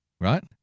right